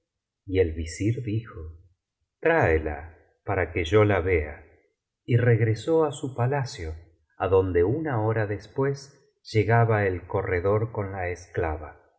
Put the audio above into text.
y el visir dijo tráela para que yo la vea y regresó á su palacio adonde una hora después llegaba el corredor con la esclava